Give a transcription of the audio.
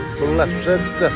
blessed